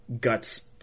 Guts